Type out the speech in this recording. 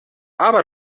aber